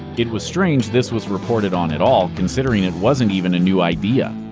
it was strange this was reported on at all, considering it wasn't even a new idea.